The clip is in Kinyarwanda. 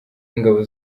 w’ingabo